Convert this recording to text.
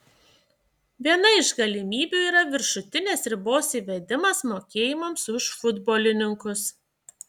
viena iš galimybių yra viršutinės ribos įvedimas mokėjimams už futbolininkus